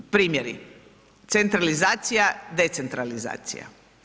Primjeri, centralizacija, decentralizacija.